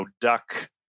duck